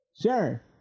Sure